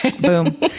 Boom